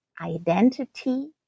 identity